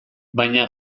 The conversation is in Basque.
baina